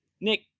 Nick